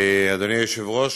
אדוני היושב-ראש,